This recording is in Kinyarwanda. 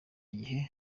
gihe